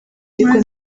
ariko